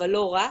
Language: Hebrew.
אבל לא רק,